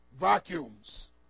vacuums